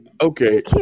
Okay